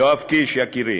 יואב קיש, יקירי,